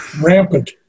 rampant